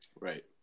right